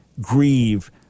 grieve